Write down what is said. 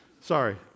Sorry